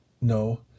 No